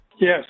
Yes